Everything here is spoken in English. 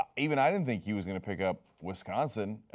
even i didn't think he was going to pick up wisconsin.